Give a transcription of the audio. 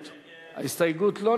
ההסתייגות מס' 2 לחלופין ה-12 של קבוצת